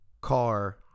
car